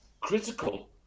critical